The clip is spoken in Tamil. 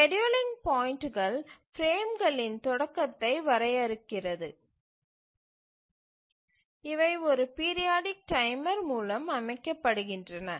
ஸ்கேட்யூலிங் பாயிண்ட்டுகள் பிரேம்களின் தொடக்கத்தை வரையறுக்கிறது இவை ஒரு பீரியாடிக் டைமர் மூலம் அமைக்கப்படுகின்றன